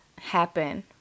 happen